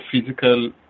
physical